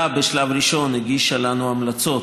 בשלב הראשון הוועדה הגישה לנו המלצות,